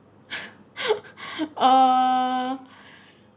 uh